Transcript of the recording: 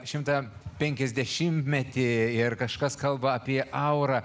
šimtą penkiasdešimtmetį ir kažkas kalba apie aurą